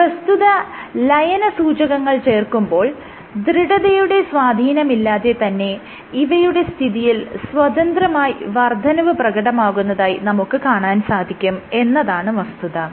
പ്രസ്തുത ലയനസൂചകങ്ങൾ ചേർക്കുമ്പോൾ ദൃഢതയുടെ സ്വാധീനമില്ലാതെ തന്നെ ഇവയുടെ സ്ഥിതിയിൽ സ്വതന്ത്രമായി വർദ്ധനവ് പ്രകടമാകുന്നതായി നമുക്ക് കാണാൻ സാധിക്കും എന്നതാണ് വസ്തുത